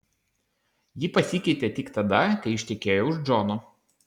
ji pasikeitė tik tada kai ištekėjo už džono